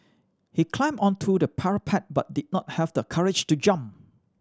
he climbed onto the parapet but did not have the courage to jump